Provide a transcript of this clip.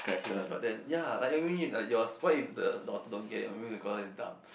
K so then ya like I mean like yours what if the daughter don't get it or maybe because he is dumb